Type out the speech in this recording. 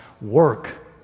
work